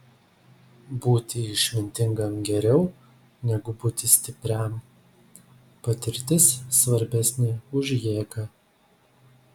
būti išmintingam geriau negu būti stipriam patirtis svarbesnė už jėgą